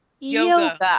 Yoga